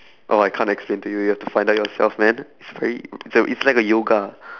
oh I can't explain to you you have to find out yourself man it's very important it's like a yoga